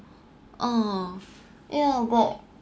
oh yeah but